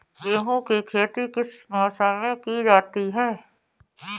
गेहूँ की खेती किस मौसम में की जाती है?